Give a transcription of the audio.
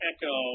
Echo